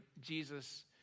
Jesus